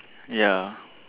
ya